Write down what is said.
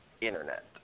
internet